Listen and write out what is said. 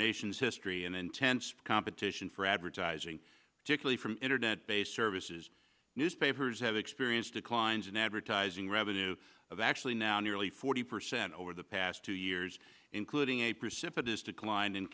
nation's history and intense competition for advertising particularly from internet based services newspapers have experienced declines in advertising revenue of actually now nearly forty percent over the past two years including